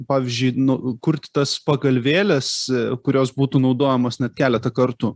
pavyzdžiui nu kurti tas pagalvėles kurios būtų naudojamos net keletą kartų